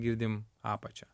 girdim apačią